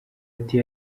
ati